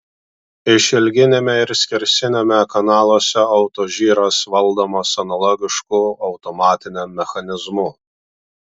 išilginiame ir skersiniame kanaluose autožyras valdomas analogišku automatiniam mechanizmu